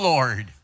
Lord